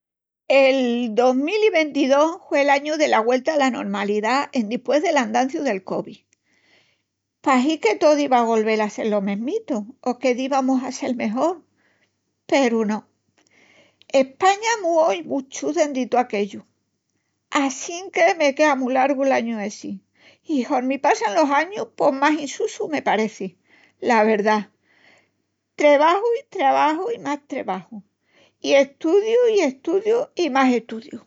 El dos mil i ventidós hue l'añu dela güelta ala normalidá endispués del andanciu del covid. Pahi que tou diva a golvel a sel lo mesmitu, o que divamus a sel mejol, peru no, España muó i muchu dendi tó aquellu. Assinque me quea mu largu l'añu essi i, hormi passan los añus, pos más insussu me pareci, la verdá. Trebaju i trebaju i más trebaju. i estudiu i estudiu i más estudiu.